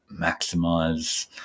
maximize